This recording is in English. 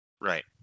Right